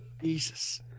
Jesus